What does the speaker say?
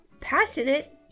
passionate